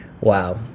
wow